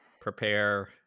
prepare